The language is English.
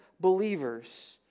believers